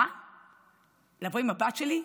מה לבוא עם הבת שלי?